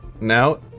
Now